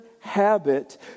habit